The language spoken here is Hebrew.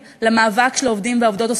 למאבק של העובדים והעובדות הסוציאליים,